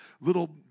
little